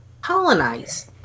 colonize